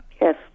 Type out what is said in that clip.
Yes